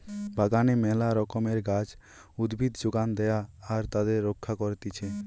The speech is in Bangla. বাগানে মেলা রকমের গাছ, উদ্ভিদ যোগান দেয়া আর তাদের রক্ষা করতিছে